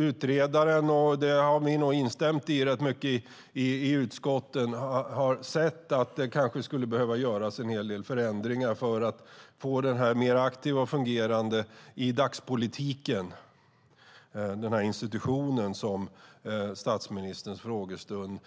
Utredaren har instämt i utskottets ställningstagande, att det behöver göras en hel del förändringar för att få den institution som frågestunden